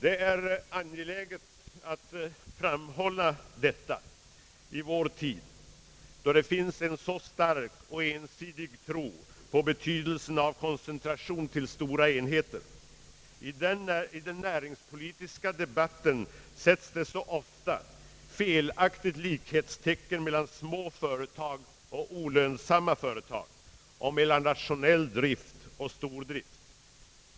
Det är angeläget att framhålla detta i vår tid då det finns en så stark och ensidig tro på betydelsen av koncentration till stora enheter. I den näringspolitiska debatten sätts det så ofta felaktigt likhetstecken mellan små företag och olönsamma företag och mellan rationell drift och stordrift.